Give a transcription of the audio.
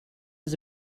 was